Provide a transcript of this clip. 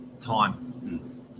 time